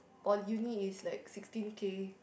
for uni it's like sixteen K